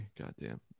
Goddamn